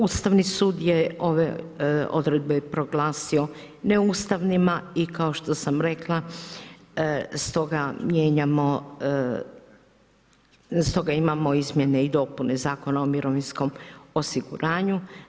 Ustavni sud je ove odredbe proglasio neustavnima i kao što sam rekla, stoga imamo izmjene i dopune Zakona o mirovinskom osiguranju.